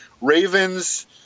Ravens